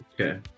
Okay